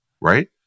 Right